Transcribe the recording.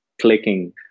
clicking